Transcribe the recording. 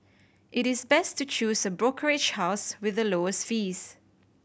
it is best to choose a brokerage house with the lowest fees